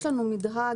יש לנו מדרג.